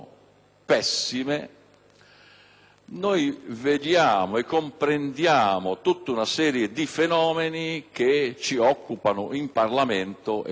sono pessime, comprendiamo tutta una serie di fenomeni che ci occupano in Parlamento e sui *mass media*.